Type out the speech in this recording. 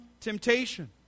temptation